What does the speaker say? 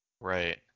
Right